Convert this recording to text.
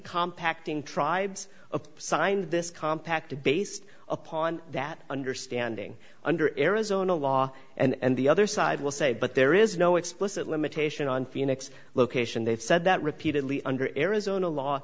compact in tribes of signed this compact based upon that understanding under arizona law and the other side will say but there is no explicit limitation on phoenix location they've said that repeatedly under arizona law